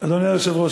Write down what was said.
אדוני היושב-ראש,